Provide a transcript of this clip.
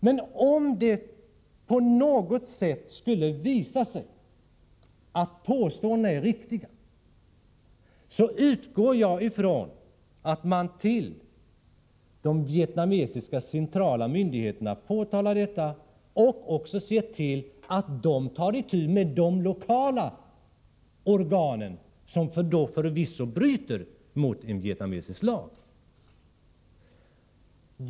Men om det på något sätt skulle visa sig att påståendena är riktiga, utgår jag ifrån att man till de vietnamesiska centrala myndigheterna påtalar detta och också ser till att de tar itu med de lokala organen, som förvisso bryter mot en vietnamesisk lag.